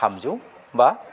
थामजौ बा